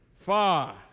far